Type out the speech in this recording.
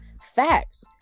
facts